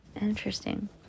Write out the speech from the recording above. Interesting